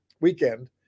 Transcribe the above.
weekend